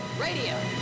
radio